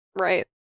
right